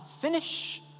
finish